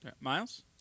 Miles